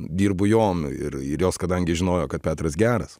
dirbu jom ir ir jos kadangi žinojo kad petras geras